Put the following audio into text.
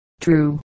True